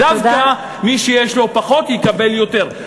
דווקא מי שיש לו פחות יקבל יותר.